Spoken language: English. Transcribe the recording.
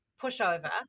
pushover